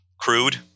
crude